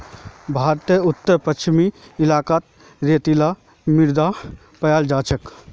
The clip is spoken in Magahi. भारतेर उत्तर पश्चिम इलाकात रेतीली मृदा पाल जा छेक